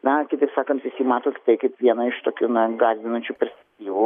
na kitaip sakant visi mato tai kaip vieną iš tokių na gąsdinančių perspektyvų